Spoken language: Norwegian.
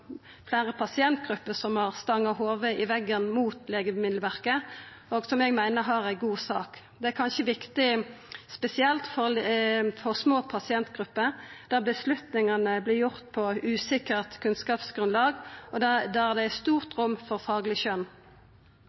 fleire pasientgrupper som har stanga hovudet i veggen mot Legemiddelverket, og som eg meiner har ei god sak. Det er kanskje spesielt viktig for små pasientgrupper der avgjerdene vert tatt på eit usikkert kunnskapsgrunnlag, og der det er stort rom for fagleg skjøn.